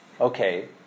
okay